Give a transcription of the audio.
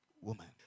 woman